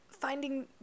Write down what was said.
finding